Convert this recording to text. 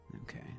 Okay